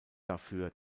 dafür